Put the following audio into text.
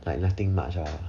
like nothing much ah